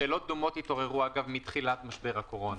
שאלות דומות התעוררו מתחילת משבר הקורונה.